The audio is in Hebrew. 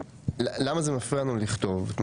למה זה מפריע לנו לכתוב,